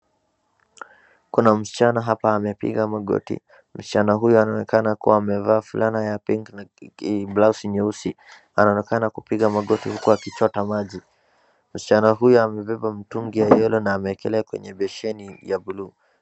Kuna msichana hapa amepiga magoti. Msichana huyu anaonekana kuwa amevaa fulana ya pink na blausi nyeusi. Anaonekana kupiga magoti uku akichota maji. Msichana huyu amebeba mtungi ya yellow na ameekelea kwenye beseni ya buluu.